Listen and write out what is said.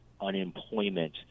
unemployment